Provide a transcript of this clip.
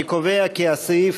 אני קובע כי הסעיף